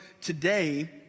today